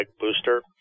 booster